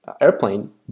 airplane